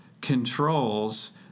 controls